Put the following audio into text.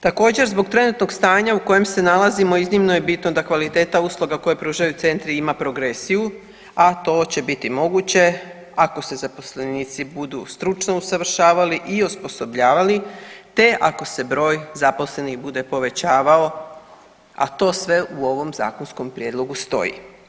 Također zbog trenutnog stanja u kojem se nalazimo iznimno je bitno da kvaliteta usluga koje pružaju centri ima progresiju, a to će biti moguće ako se zaposlenici budu stručno usavršavali i osposobljavali te ako se broj zaposlenih bude povećavao, a to sve u ovom zakonskom prijedlogu stoji.